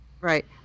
Right